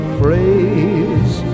phrase